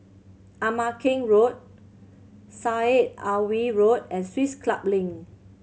Ama Keng Road Syed Alwi Road and Swiss Club Link